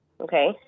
Okay